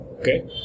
okay